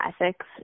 ethics